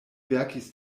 verkis